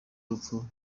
urupfu